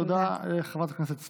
תודה, חברת הכנסת סטרוק.